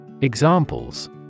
Examples